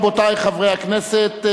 רבותי חברי הכנסת,